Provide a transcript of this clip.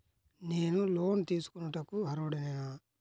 నేను లోన్ తీసుకొనుటకు అర్హుడనేన?